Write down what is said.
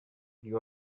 you